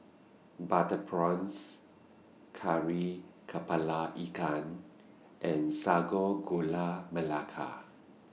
Butter Prawns Kari Kepala Ikan and Sago Gula Melaka